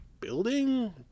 building